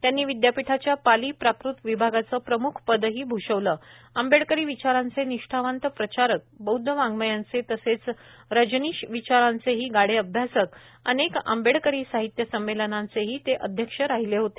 त्यांनी विदयापीठाच्या पाली प्राकृत विभागाचे प्रम्ख पदही भूषविले आंबेडकरी विचारांचे निष्ठावंत प्रचारक बौद्ध वाङ्मयाचे तसेच रजनीश विचारांचेही गाढे अभ्यासक अनेक आंबेडकरी साहित्य संमेलनांचेही ते अध्यक्ष राहिलेले होते